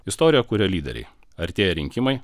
istoriją kuria lyderiai artėja rinkimai